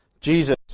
Jesus